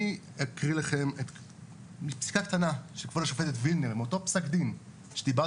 אני אקריא לכם פיסקה קטנה של כב' השופטת וילנר מאותו פסק דין שדיברתם